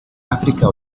áfrica